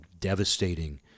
devastating